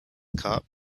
cup